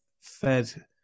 fed